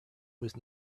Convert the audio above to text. was